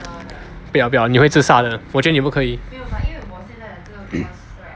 不要不要你会自杀的我觉得你不可以